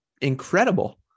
incredible